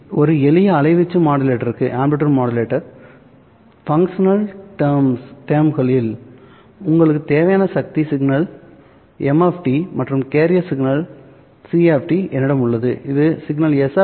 ஒரு எளிய அலைவீச்சு மாடுலேட்டருக்கு பங்சனல் டெர்ம்ஸ்களில் உங்களுக்குத் தேவையானது செய்தி சிக்னல் m மற்றும் கேரியர் சிக்னல் c என்னிடம் உள்ளது இது சிக்னல் s m